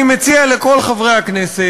אני מציע לכל חברי הכנסת,